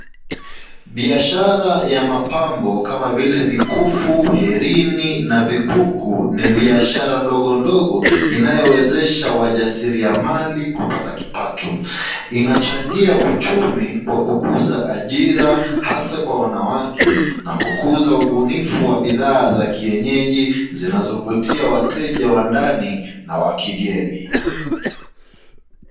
Biashara ya mapambo kama vile mikufu, herini, na vikuku ni biashara ndogondogo inayowezesha wajasiriamali kupata kipato. Inachangia uchumi kwa kukuza ajira hasa kwa wanawake na kukuza ubunifu wa bidhaa za kienyeji, zinazovutia wateja wa ndani na wa kigeni.